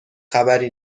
خبری